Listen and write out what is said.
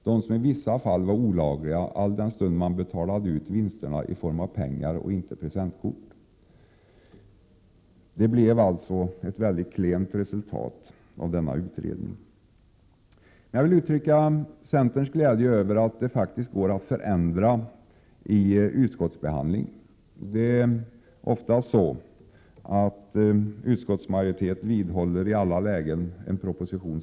De var i vissa fall olagliga, alldenstund vinsterna betalades ut i pengar och inte i presentkort. Det blev 145 alltså ett mycket klent resultat av denna utredning. Jag vill uttrycka centerns glädje över att det faktiskt går att förändra förslag under utskottsbehandlingen. Det är ofta så att en utskottsmajoritet i alla lägen vidhåller regeringens förslag i en proposition.